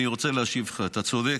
אני רוצה להשיב לך: אתה צודק,